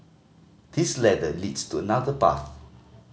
this ladder leads to another path